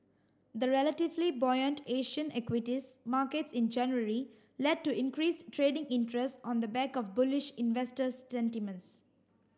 the relatively buoyant Asian equities markets in January led to increased trading interest on the back of bullish investor sentiments